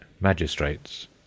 Magistrates